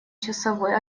часовой